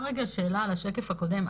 שאלה על השקף הקודם.